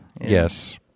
Yes